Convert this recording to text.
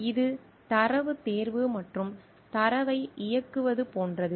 இது தரவுத் தேர்வு மற்றும் தரவை இயக்குவது போன்றது